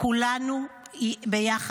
אסור שדיונים האלה יסתיימו בלי הסכם